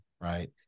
right